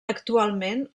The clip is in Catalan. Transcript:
actualment